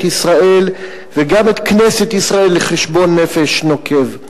ישראל וגם את כנסת ישראל לחשבון נפש נוקב.